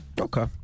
Okay